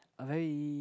a very